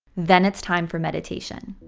then it's time for meditation.